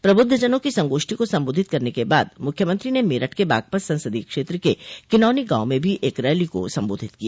प्रबुद्धजनों की संगोष्ठी को संबोधित करने के बाद मुख्यमंत्री ने मेरठ के बागपत संसदोय क्षेत्र के किनौनी गांव में भी एक रैली को संबोधित किया